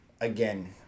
again